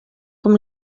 com